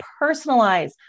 personalize